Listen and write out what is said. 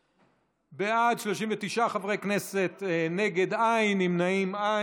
בעד, 39 חברי כנסת, אין נגד, אין נמנעים.